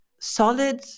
solid